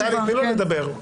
טלי, תני לו לדבר.